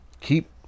keep